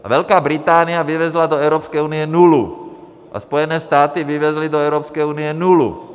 A Velká Británie vyvezla do Evropské unie nulu a Spojené státy vyvezly do Evropské unie nulu.